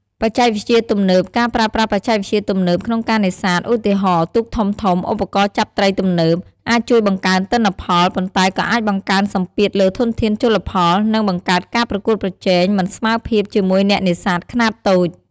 បច្ចេកវិទ្យាទំនើប ការប្រើប្រាស់បច្ចេកវិទ្យាទំនើបក្នុងការនេសាទ ឧទាហរណ៍ ទូកធំៗ ឧបករណ៍ចាប់ត្រីទំនើប អាចជួយបង្កើនទិន្នផល ប៉ុន្តែក៏អាចបង្កើនសម្ពាធលើធនធានជលផល និងបង្កើតការប្រកួតប្រជែងមិនស្មើភាពជាមួយអ្នកនេសាទខ្នាតតូច។